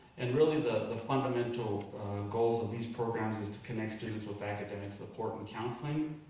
and really the the fundamental goals of these programs is to connect students with academic support and counseling,